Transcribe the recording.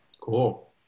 Cool